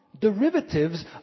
Derivatives